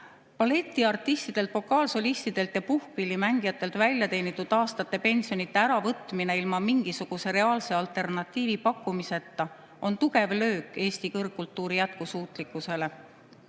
Balletiartistidelt, vokaalsolistidelt ja puhkpillimängijatelt väljateenitud aastate pensionide äravõtmine ilma mingisuguse reaalse alternatiivi pakkumiseta on tugev löök Eesti kõrgkultuuri jätkusuutlikkusele.